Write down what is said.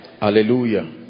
hallelujah